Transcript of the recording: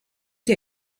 der